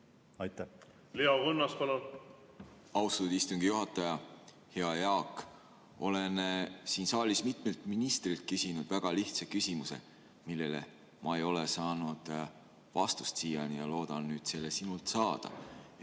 palun! Leo Kunnas, palun! Austatud istungi juhataja! Hea Jaak! Olen siin saalis mitmelt ministrilt küsinud väga lihtsa küsimuse, millele ma ei ole saanud vastust ja loodan nüüd selle sinult saada.